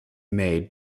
made